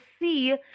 see